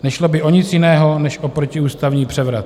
Nešlo by o nic jiného než o protiústavní převrat.